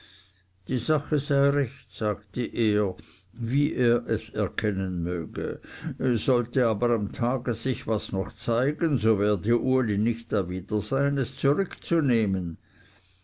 die sache sei recht sagte er wie er es erkennen möge sollte aber am tage sich was noch zeigen so werde uli nicht dawider sein es zurückzunehmen